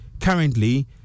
Currently